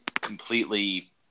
completely